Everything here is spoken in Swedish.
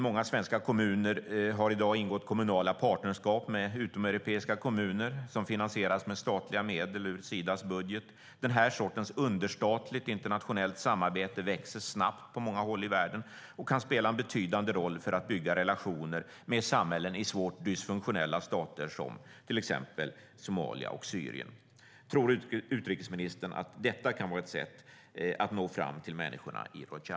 Många svenska kommuner har i dag ingått kommunala partnerskap med utomeuropeiska kommuner som finansieras med statliga medel ur Sidas budget. Den här sortens understatligt internationellt samarbete växer snabbt på många håll i världen och kan spela en betydande roll för att bygga relationer med samhällen i svårt dysfunktionella stater som till exempel Somalia och Syrien. Tror utrikesministern att detta kan vara ett sätt att nå fram till människorna i Rojava?